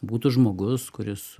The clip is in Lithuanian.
būtų žmogus kuris